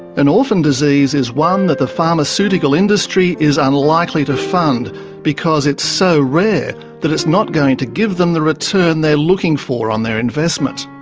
an orphan disease is one that the pharmaceutical industry is unlikely to fund because it's so rare that it's not going to give them the return they're looking for on their investment.